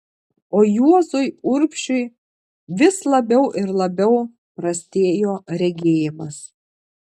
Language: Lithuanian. o juozui urbšiui vis labiau ir labiau prastėjo regėjimas